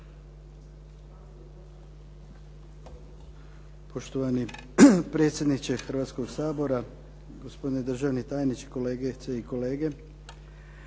Poštovani predsjedniče Hrvatskoga sabora, gospodine državni tajniče, kolegice i kolege.